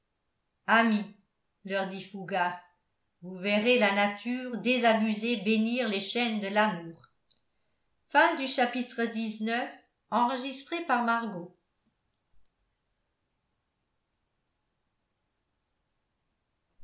amis leur dit fougas vous verrez la nature désabusée bénir les chaînes de l'amour